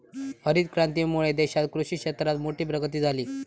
हरीत क्रांतीमुळे देशात कृषि क्षेत्रात मोठी प्रगती झाली